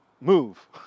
move